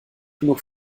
genug